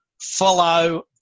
follow